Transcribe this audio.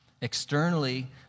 Externally